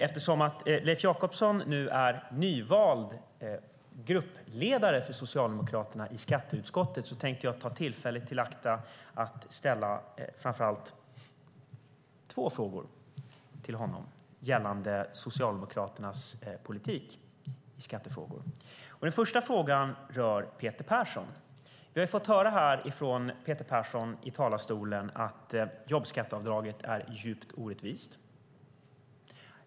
Eftersom Leif Jakobsson är nyvald gruppledare för Socialdemokraterna i skatteutskottet tänkte jag ta tillfället i akt att ställa några frågor till honom gällande Socialdemokraternas politik i skattefrågor. Den första frågan rör Peter Persson. Vi har fått höra från Peter Persson att jobbskatteavdraget är djupt orättvist.